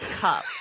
cup